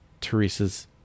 Teresa's